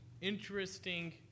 interesting